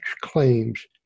claims